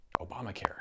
obamacare